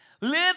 Live